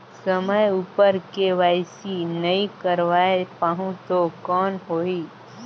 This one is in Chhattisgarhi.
समय उपर के.वाई.सी नइ करवाय पाहुं तो कौन होही?